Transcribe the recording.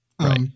Right